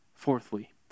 Fourthly